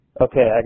okay